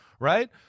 Right